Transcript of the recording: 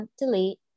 delete